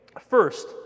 First